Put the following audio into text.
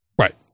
Right